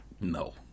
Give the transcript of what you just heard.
No